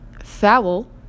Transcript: fowl